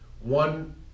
one